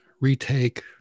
retake